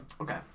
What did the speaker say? Okay